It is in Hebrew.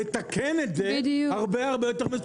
לתקן את זה, הרבה יותר מסובך.